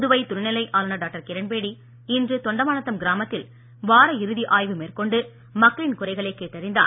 புதுவை துணை நிலை ஆளுநர் டாக்டர் கிரண்பேடி இன்று தொண்டமாநத்தம் கிராமத்தில் வார இறுதி ஆய்வு மேற்கொண்டு மக்களின் குறைகளை கேட்டறிந்தார்